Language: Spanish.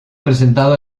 presentado